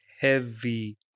Heavy